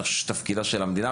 אבל זה תפקידה של המדינה.